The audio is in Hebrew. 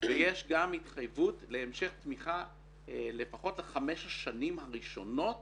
ויש גם התחייבות להמשך לתמיכה לפחות לחמש השנים הראשונות